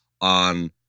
on